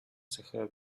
захиа